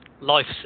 life